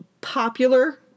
popular